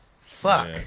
Fuck